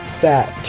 fat